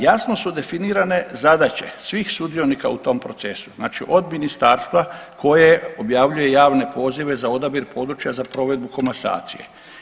Jasno su definirane zadaće svih sudionika u tom procesu, znači od ministarstva koje objavljuje javne pozive za odabir područja za provedbu komasacije.